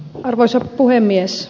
arvoisa puhemies